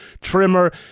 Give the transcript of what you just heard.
trimmer